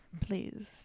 Please